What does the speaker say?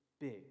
big